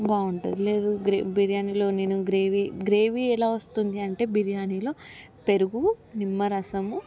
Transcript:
బాగుంటుంది లేదు బిర్యానీలో నేను గ్రేవీ గ్రేవీ ఎలా వస్తుందంటే బిర్యానీలో పెరుగు నిమ్మరసము